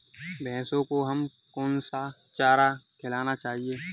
भैंसों को हमें कौन सा चारा खिलाना चाहिए?